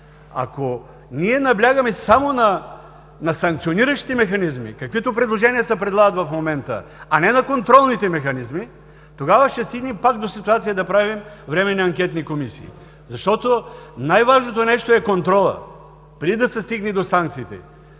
Ако ние наблягаме само на санкциониращите механизми, каквито предложения се предлагат в момента, а не на контролните механизми, тогава ще стигнем пак до ситуация да правим временни анкетни комисии. Защото най-важното нещо е контролът преди да се стигне до санкциите.